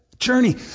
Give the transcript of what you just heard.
Journey